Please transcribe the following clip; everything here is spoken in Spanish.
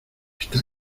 está